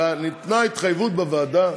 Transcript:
אלא ניתנה התחייבות בוועדה.